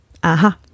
aha